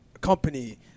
Company